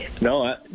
no